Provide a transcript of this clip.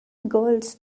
girls